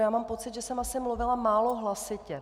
Já mám pocit, že jsem asi mluvila málo hlasitě.